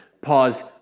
pause